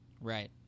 Right